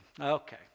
Okay